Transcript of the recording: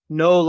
no